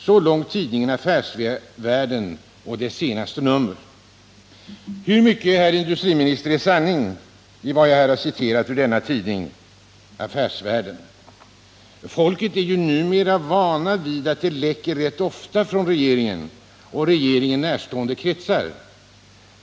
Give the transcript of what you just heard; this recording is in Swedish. Hur mycket av verklig sanning ligger det i vad jag här har citerat ur tidskriften Affärsvärlden? Folk är numera vana vid att det läcker ut uppgifter rätt ofta från regeringen och regeringen närstående kretsar.